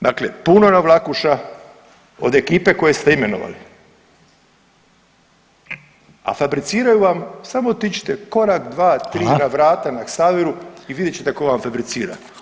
Dakle, puno navlakuša od ekipe koju ste imenovali, fabriciraju vam, samo otiđite korak, dva, tri na vrata na Ksaveru i vidjet ćete tko vam febricira.